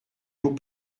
vous